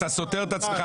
אתה סותר את עצמך.